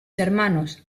hermanos